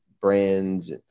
brands